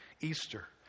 Easter